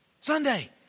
Sunday